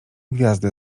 gwiazdę